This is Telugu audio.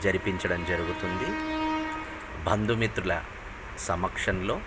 జరిపించడం జరుగుతుంది బంధుమిత్రుల సమక్షంలో